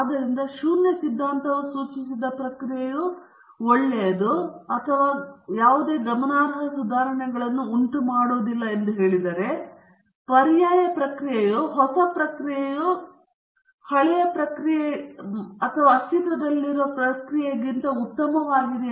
ಆದ್ದರಿಂದ ಶೂನ್ಯ ಸಿದ್ಧಾಂತವು ಸೂಚಿಸಿದ ಪ್ರಕ್ರಿಯೆಯು ಒಳ್ಳೆಯದು ಅಥವಾ ಯಾವುದೇ ಗಮನಾರ್ಹ ಸುಧಾರಣೆಗಳನ್ನು ಉಂಟುಮಾಡುವುದಿಲ್ಲ ಮತ್ತು ಪರ್ಯಾಯ ಪ್ರಕ್ರಿಯೆಯು ಹೊಸ ಪ್ರಕ್ರಿಯೆಯು ಹಳೆಯ ಪ್ರಕ್ರಿಯೆ ಅಥವಾ ಅಸ್ತಿತ್ವದಲ್ಲಿರುವ ಪ್ರಕ್ರಿಯೆಗಿಂತ ಉತ್ತಮವಾಗಿದೆ